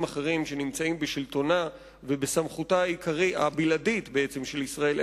אחרים שנמצאים בשלטונה ובסמכותה הבלעדיים של ישראל.